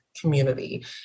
community